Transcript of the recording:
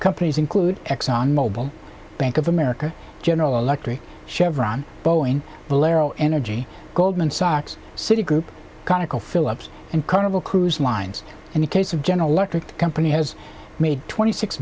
companies include exxon mobil bank of america general electric chevron boeing blair energy goldman sachs citigroup conoco phillips and carnival cruise lines and the case of general electric company has made twenty six